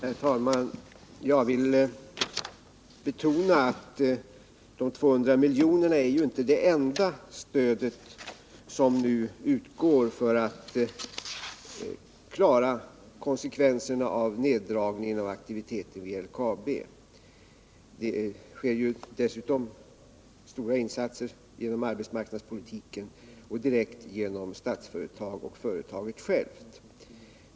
Herr talman! Jag vill betona att de 200 miljonerna inte är det enda stöd som nu utgår för att klara konsekvenserna av neddragningen av aktiviteten vid LKAB. Det görs ju dessutom stora insatser genom arbetsmarknadspolitiken och direkt genom Statsföretag och företaget självt.